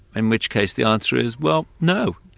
in which case the answer is, well, no.